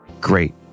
great